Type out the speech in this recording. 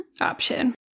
option